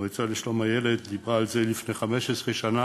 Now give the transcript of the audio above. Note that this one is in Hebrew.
המועצה לשלום הילד דיברה על זה לפני 15 שנה,